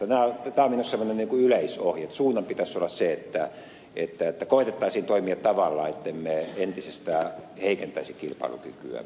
tämä on minusta semmoinen yleisohje että suunnan pitäisi olla se että koetettaisiin toimia tavalla ettemme entisestään heikentäisi kilpailukykyämme